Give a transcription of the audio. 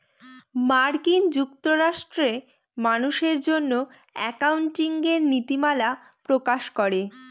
মার্কিন যুক্তরাষ্ট্রে মানুষের জন্য একাউন্টিঙের নীতিমালা প্রকাশ করে